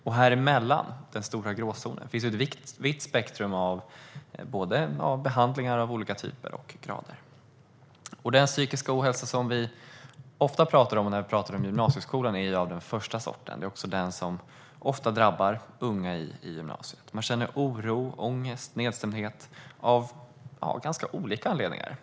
Däremellan, i den stora gråzonen, finns ett vitt spektrum av behandlingar av olika typer och grader. Den psykiska ohälsa vi ofta talar om när vi talar om gymnasieskolan är av den första sorten; det är den som ofta drabbar unga i gymnasiet. Man känner oro, ångest och nedstämdhet av olika anledningar.